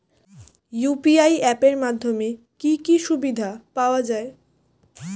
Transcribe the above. UPI app এর মাধ্যমে কি কি সুবিধা পাওয়া যায়?